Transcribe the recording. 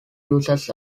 uses